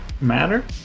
matter